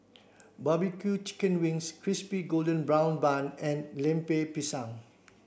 barbecue chicken wings crispy golden brown bun and Lemper Pisang